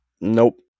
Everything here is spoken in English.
Nope